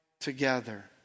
together